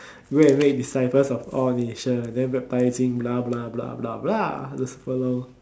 wait wait disciples of all nation then whereby they say blah blah blah blah